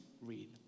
read